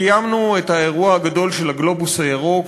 קיימנו את האירוע הגדול של "הגלובוס הירוק",